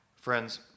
Friends